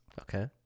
Okay